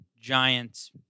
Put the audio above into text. giants